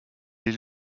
est